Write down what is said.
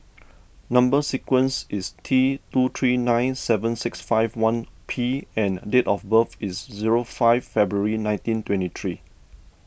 Number Sequence is T two three nine seven six five one P and date of birth is zero five February nineteen twenty three